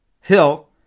Hill